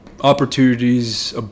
opportunities